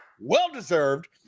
well-deserved